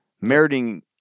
Meriting